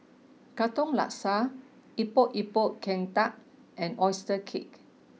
Katong Laksa Epok Epok Kentang and Oyster Cake